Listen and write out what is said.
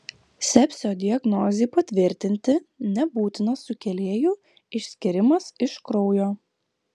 sepsio diagnozei patvirtinti nebūtinas sukėlėjų išskyrimas iš kraujo